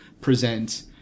present